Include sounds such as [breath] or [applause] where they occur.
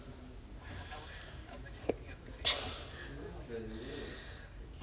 [breath]